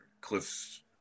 Cliff's